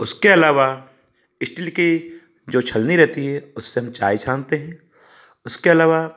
उसके अलावा स्टील के जो छलनी रहती है उससे हम चाय छानते हैं उसके अलावा